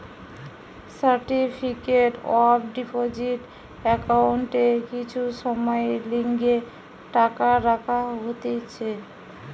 certificate of deposit একাউন্টে কিছু সময়ের লিগে টাকা রাখা হতিছে